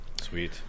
Sweet